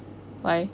why